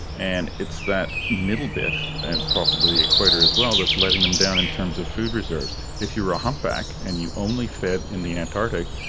and it's that middle bit and possibly the equator as well that's letting them down in terms of food reserves. if you're a humpback and you only fed in the antarctic,